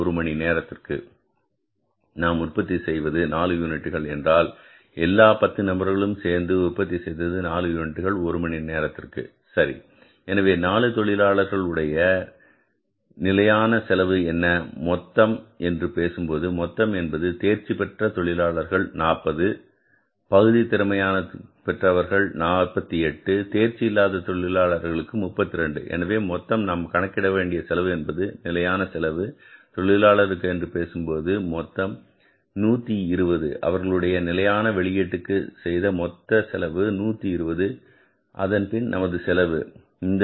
ஒரு மணி நேரத்திற்கு நாம் உற்பத்தி செய்வது நாலு யூனிட்டுகள் என்றால் எல்லா 10 நபர்களும் சேர்ந்து உற்பத்தி செய்தது 4 யூனிட்டுகள் ஒரு மணி நேரத்திற்கு சரி எனவே 4 தொழிலாளர்கள் உடைய நிலையான செலவு என்ன மொத்தம் என்று பேசும்போது மொத்தம் என்பது தேர்ச்சி பெற்ற தொழிலாளர்கள் 40 பகுதி திறமை பெற்றவர்கள் 48 தேர்ச்சி இல்லாத தொழிலாளர்களுக்கு 32 எனவே மொத்தம் நாம் கணக்கிட செலவு என்பது நிலையான செலவு தொழிலாளர்களுக்கு என்று பேசும்போது மொத்தம் 120 அவர்களுடைய நிலையான வெளியீடுக்கு செய்த மொத்த செலவு 120 அதன்பின் நமது செலவு